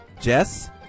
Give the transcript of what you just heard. Jess